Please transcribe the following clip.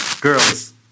girls